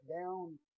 down